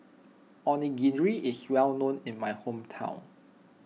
Onigiri is well known in my hometown